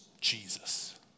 Jesus